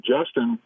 Justin